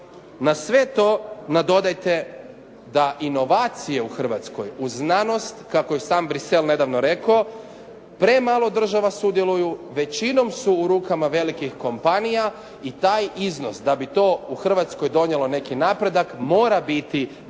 Na sve to nadodajte da inovacije u Hrvatskoj u znanost kako je sam Bruxelles nedavno rekao premalo država sudjeluju. Većinom su u rukama velikih kompanija i taj iznos da bi to u Hrvatskoj donijelo neki napredak mora biti barem